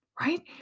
right